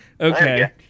Okay